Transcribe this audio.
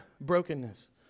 brokenness